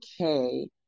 okay